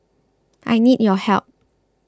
I need your help